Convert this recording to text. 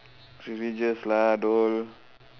religious lah dol